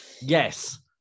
Yes